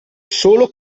solo